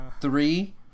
three